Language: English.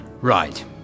Right